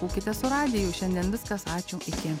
būkite su radiju šiandien viskas ačiū iki